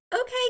okay